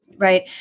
Right